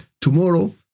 Tomorrow